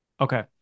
Okay